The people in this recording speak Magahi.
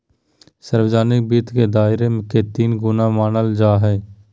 सार्वजनिक वित्त के दायरा के तीन गुना मानल जाय हइ